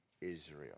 Israel